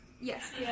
Yes